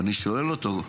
ואני שואל אותו: